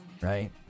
Right